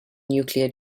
nuclear